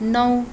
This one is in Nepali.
नौ